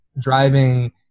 driving